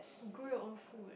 grow your own food